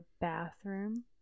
bathroom